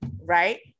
right